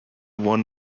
won